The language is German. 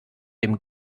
dem